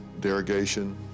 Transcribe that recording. derogation